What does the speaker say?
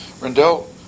Rendell